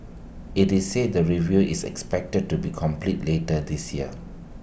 IT is said the review is expected to be completed later this year